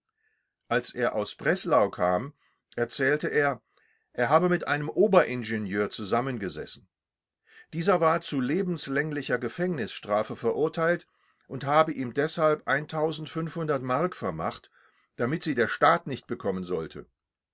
als er aus breslau kam erzählte er er habe mit einem oberingenieur zusammengesessen dieser war zu lebenslänglicher gefängnisstrafe verurteilt und habe ihm deshalb m vermacht damit sie der staat nicht bekommen sollte